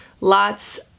lots